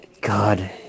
God